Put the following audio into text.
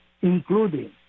including